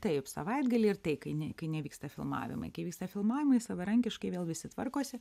taip savaitgalį ir tai kai ne kai nevyksta filmavimai kai vyksta filmavimai savarankiškai vėl visi tvarkosi